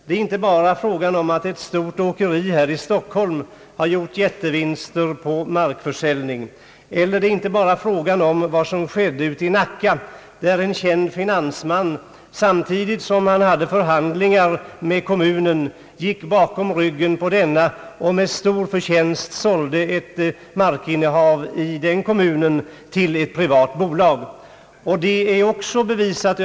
Det är inte bara frågan om att ett stort åkeri i Stockholm har gjort jättevinster på markförsäljning eller vad som skedde i Nacka, där en känd finansman, samtidigt som han förhandlade med kommunen, gick bakom dennas rygg och med stor förtjänst sålde ett markinnehav i den kommunen till ett privat företag. Det finns också andra företeelser.